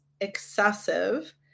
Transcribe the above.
excessive